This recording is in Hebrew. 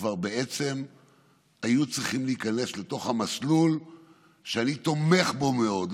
כבר בעצם היו צריכים להיכנס לתוך המסלול שאני תומך בו מאוד מאוד,